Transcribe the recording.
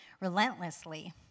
relentlessly